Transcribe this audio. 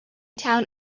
town